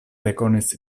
rekonis